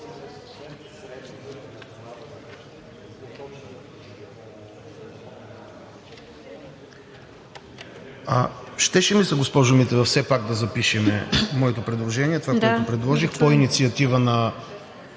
Щеше ми се, госпожо Митева, все пак да запишем моето предложение, това, което предложих „по инициатива на